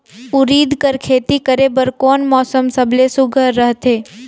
उरीद कर खेती करे बर कोन मौसम सबले सुघ्घर रहथे?